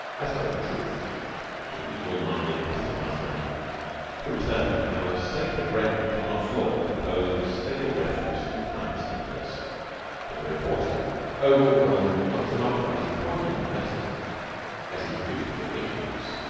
i spoke the truth to the evil-minded custom house man who turned my most sacred raiment on a floor composed of stable refuse and pine splinters but the reporter overwhelmed me not so much by his poignant audacity as his beautiful ignorance.